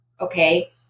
Okay